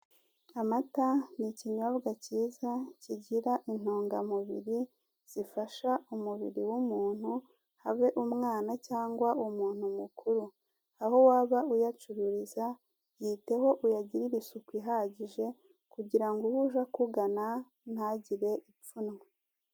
Amata ni ikinyobwa kiza kigira intungamubiri zifasha umubiri w'umuntu abe umwana cyangwa umuntu mukuru. Aho waba uyacururiza yiteho uyagirire isuku ihagije, kugirango uwuje akugana ntagire imfunwe.